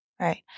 Right